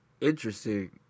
interesting